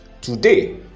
Today